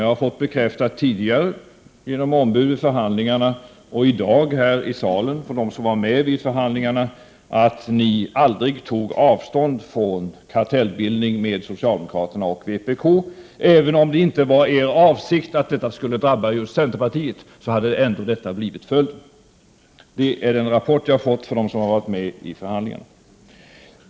Jag har nämligen tidigare genom våra ombud vid förhandlingarna fått bekräftat och i dag här i salen fått bekräftat från dem som var med vid förhandlingarna att ni aldrig tog avstånd från tanken på kartellbildning med socialdemokraterna och vpk. Även om det inte var er avsikt att en sådan skulle drabba just centerpartiet, så hade det ändå blivit följden. Den rapporten har jag fått från dem som var med vid förhandlingarna.